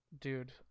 dude